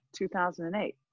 2008